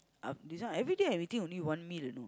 uh this one every day I eating only one meal you know